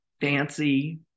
fancy